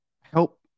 help